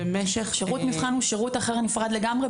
שירות מבחן הוא שירות אחר נפרד לגמרי,